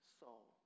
soul